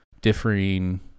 differing